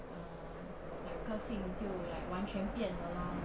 uh like 个性就 like 完全变了 lor